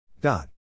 Dot